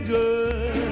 good